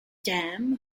dam